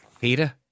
Peter